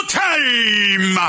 time